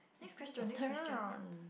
next question next question